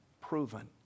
proven